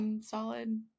solid